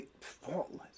faultless